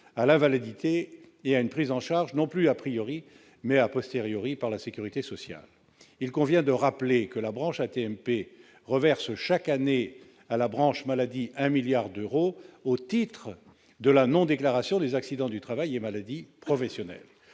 à l'invalidité et à une prise en charge, non plus, mais par la sécurité sociale. Il convient de rappeler que la branche AT-MP reverse chaque année à la branche maladie 1 milliard d'euros au titre de la non-déclaration des accidents du travail et maladies professionnelles.